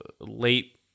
late